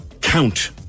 count